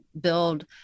build